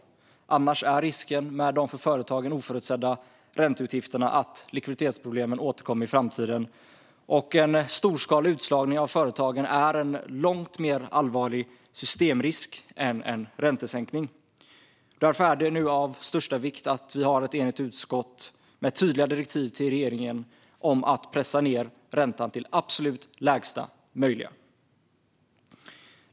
Annars är risken med de för företagen oförutsedda ränteutgifterna att likviditetsproblemen återkommer i framtiden. En storskalig utslagning av företagen är en långt mer allvarlig systemrisk än en räntesänkning. Därför är det nu av största vikt att vi har ett enigt utskott med tydliga direktiv till regeringen om att pressa ned räntan till absolut lägsta möjliga.